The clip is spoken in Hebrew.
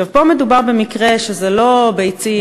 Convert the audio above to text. פה מדובר במקרה שזה לא ביצים,